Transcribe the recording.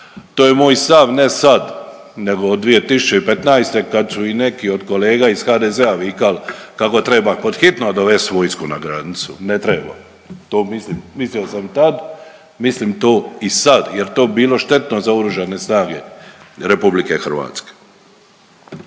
To je moj stav, ne sad nego od 2015. kad su i neki od kolega iz HDZ-a vikali kako treba pod hitno dovest vojsku na granicu. Ne treba, to mislim, mislio sam i tad mislim to i sad jer to bi bilo štetno za Oružane snage RH. Dakle,